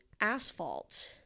asphalt